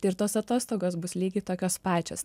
tai ir tos atostogos bus lygiai tokios pačios